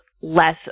less